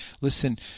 listen